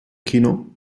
kino